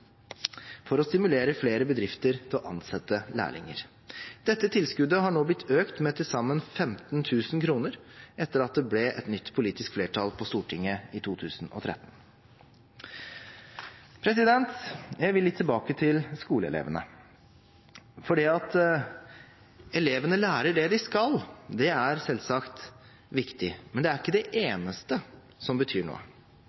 for å stimulere flere bedrifter til å ansette lærlinger. Dette tilskuddet har nå blitt økt med til sammen 15 000 kr etter at det ble et nytt politisk flertall på Stortinget i 2013. Jeg vil litt tilbake til skoleelevene. At elevene lærer det de skal, er selvsagt viktig, men det er ikke det eneste som betyr noe.